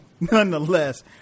Nonetheless